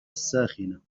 ساخنة